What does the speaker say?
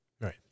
Right